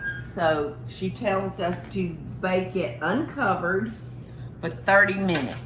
so she tells us to bake it uncovered for thirty minutes.